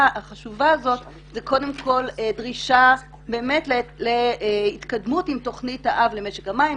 החשובה הזאת זה קודם כל דרישה להתקדמות עם תוכנית האב למשק המים,